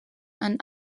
and